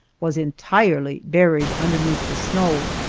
was entirely buried underneath the snow,